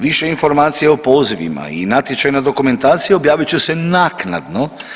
Više informacija o pozivima i natječaj na dokumentaciju objavit će se naknadno.